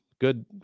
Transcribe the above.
Good